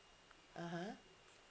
(uh huh)